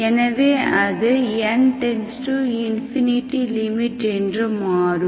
எனவே அது n→∞ என்று மாறும்